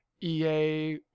EA